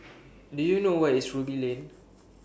Do YOU know Where IS Ruby Lane